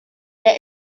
der